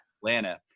Atlanta